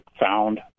found